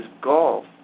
golf